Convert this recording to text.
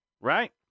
Right